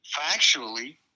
factually